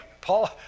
Paul